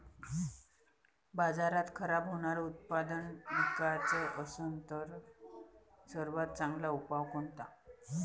बाजारात खराब होनारं उत्पादन विकाच असन तर त्याचा सर्वात चांगला उपाव कोनता?